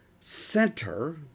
center